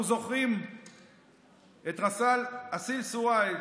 אנחנו זוכרים את רס"ל אסיל סוואעד,